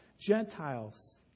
Gentiles